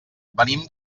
venim